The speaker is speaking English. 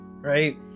right